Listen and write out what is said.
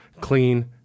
clean